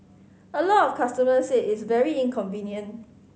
a lot of customers said it's very convenient